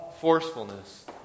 forcefulness